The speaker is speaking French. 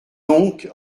donc